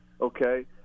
okay